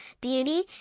beauty